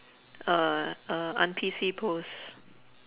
uh a un-P_C pose